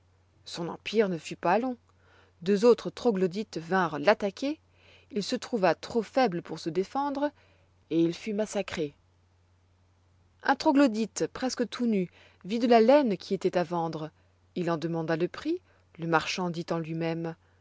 son empire ne fut pas long deux autres troglodytes vinrent l'attaquer il se trouva trop foible pour se défendre et il fut massacré un troglodyte presque tout nu vit de la laine qui étoit à vendre il en demanda le prix le marchand dit en lui-même